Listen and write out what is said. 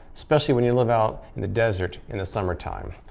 especially when you live out in the desert in the summertime.